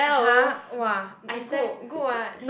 !huh! !wah! good good [what]